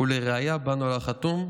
ולראיה באנו על החתום,